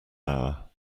hour